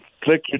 click